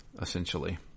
essentially